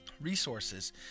resources